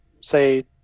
say –